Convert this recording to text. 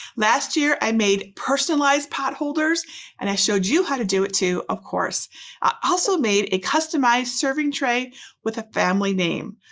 last year i made personalized potholders and i showed you how to do it too, of course. i also made a customized serving tray with a family name.